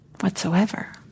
whatsoever